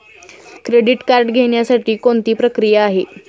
Credit card घेण्यासाठी कोणती प्रक्रिया आहे?